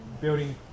Building